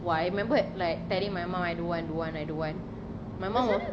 oh I remembered like telling my mum I don't want don't want I don't want my mum